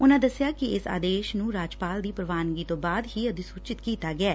ਉਨਾਂ ਦਸਿਆ ਕਿ ਇਸ ਆਦੇਸ਼ ਨੂੰ ਰਾਜਪਾਲ ਦੀ ਪੂਵਾਨਗੀ ਤੋਂ ਬਾਅਦ ਹੀ ਅਧੀਸੁਚਿਤ ਕੀਤਾ ਗਿਐ